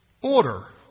order